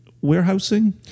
warehousing